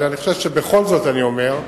בכל זאת אני אומר,